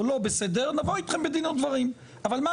לא בסדר,